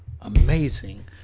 amazing